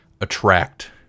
attract